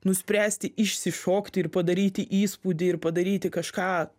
nuspręsti išsišokti ir padaryti įspūdį ir padaryti kažką